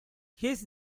his